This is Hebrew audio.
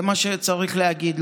זה מה שצריך להגיד.